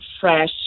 fresh